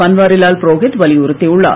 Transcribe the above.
பன்வாரிலால் புரோஹித் வலியுறுத்தியுள்ளார்